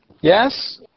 Yes